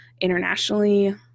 internationally